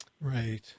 Right